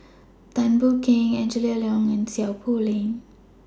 Tan Boon Teik Angela Liong and Seow Poh Leng